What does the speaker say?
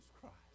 Christ